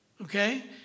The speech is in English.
Okay